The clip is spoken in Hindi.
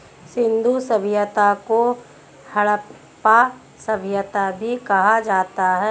सिंधु सभ्यता को हड़प्पा सभ्यता भी कहा जाता है